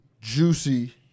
juicy